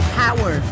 power